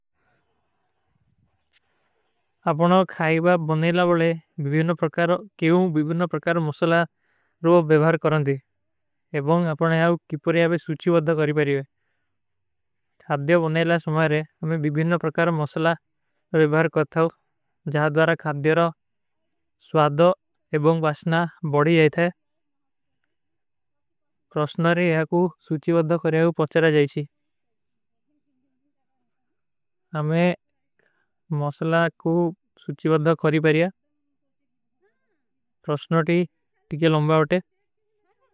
ଅପନା ଖାଈବା ବନେଲା ବୋଲେ କେଊଂ ଵିଭୀନ ପ୍ରକାର ମସଲା ରୋ ଵିଭାର କରନେ ଦେ। ଏବଂଗ ଆପନା ଯାଓ କିପରେଯାଓ ସୁଚୀ ବଦ୍ଧା କରୀ ବାରୀ ହୈ। ଖାଈବା ବନେଲା ସୁମାରେ ଅମେ ଵିଭୀନ ପ୍ରକାର ମସଲା ରୋ ଵିଭାର କରତା ହୂଁ। ଜା ଦ୍ଵାରା ଖାଈବା ବନେଲା ସୁଚୀ ବଦ୍ଧା କରୀ ବାରୀ ହୈ। ପ୍ରକାର ମସଲା ରୋ ଵିଭାର କରତା ହୂଁ।